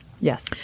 Yes